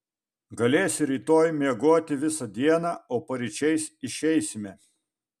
galėsi rytoj miegoti visą dieną o paryčiais išeisime